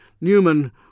Newman